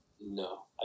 no